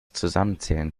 zusammenzählen